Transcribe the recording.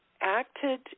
acted